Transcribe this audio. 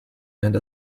and